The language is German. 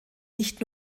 nicht